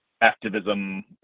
activism